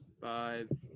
Five